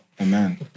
Amen